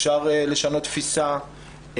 אפשר לשנות תפיסה,